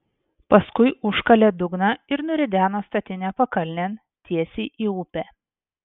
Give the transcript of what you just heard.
paskui užkalė dugną ir nurideno statinę pakalnėn tiesiai į upę